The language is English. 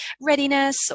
readiness